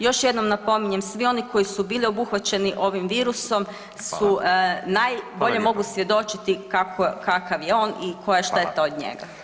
Još jednom napominjem svi oni koji su bili obuhvaćeni ovim virusom su [[Upadica: Hvala.]] najbolje mogu svjedočiti kakav je on i koja je šteta [[Upadica: Hvala.]] od njega.